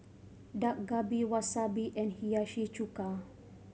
Dak Galbi Wasabi and Hiyashi Chuka